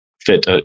fit